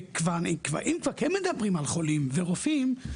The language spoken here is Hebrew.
ואם כבר כן מדברים על חולים ורופאים,